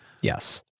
Yes